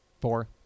Four